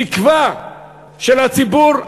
תקווה של הציבור,